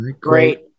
Great